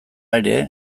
ere